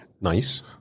nice